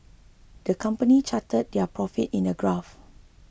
the company charted their profit in a graph